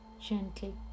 Gently